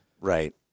Right